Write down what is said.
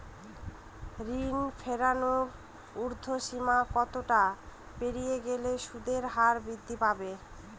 ঋণ ফেরানোর উর্ধ্বসীমা কতটা পেরিয়ে গেলে সুদের হার বৃদ্ধি পাবে?